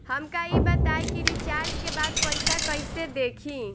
हमका ई बताई कि रिचार्ज के बाद पइसा कईसे देखी?